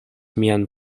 mian